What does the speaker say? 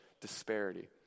disparity